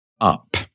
up